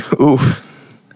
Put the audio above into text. Oof